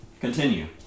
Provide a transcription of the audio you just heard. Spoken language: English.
Continue